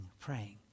praying